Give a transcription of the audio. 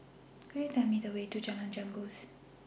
Could YOU Tell Me The Way to Jalan Janggus